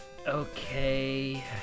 Okay